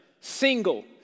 single